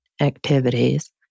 activities